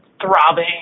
throbbing